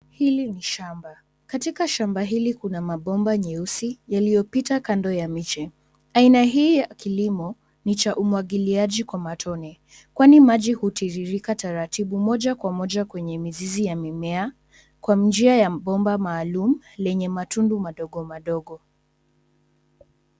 Hili ni shamba, katika shamba hili kuna mabomba nyeusi yaliyopita kando ya miche. Aina hii ya kilimo ni cha umwagiliaji kwa matone, kwani maji hutirirka taratibu moja kwa moja kwenye mizizi ya mimea kwa njia ya bomba maalum lenye matundu madogo, madogo.